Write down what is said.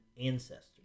ancestors